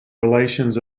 relations